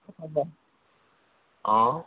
অঁ